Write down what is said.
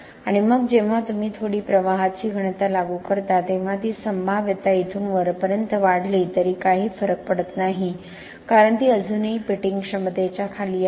आणि मग जेव्हा तुम्ही थोडी प्रवाहाची घनता लागू करता तेव्हा ती संभाव्यता इथून वरपर्यंत वाढली तरी काही फरक पडत नाही कारण ती अजूनही पिटिंग क्षमतेच्या खाली आहे